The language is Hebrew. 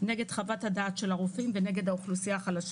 נגד חוות הדעת של הרופאים ונגד האוכלוסייה החלשה.